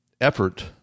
effort